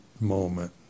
moment